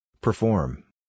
Perform